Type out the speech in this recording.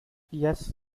yes